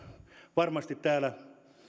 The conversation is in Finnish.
varmasti täällä